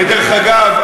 ודרך אגב,